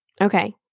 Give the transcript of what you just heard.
Okay